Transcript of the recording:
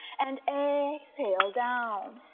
and exhale, down,